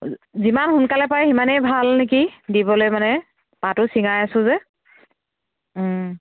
যিমান সোনকালে পাৰে সিমানেই ভাল নেকি দিবলৈ মানে পাতো চিঙাই আছোঁ যে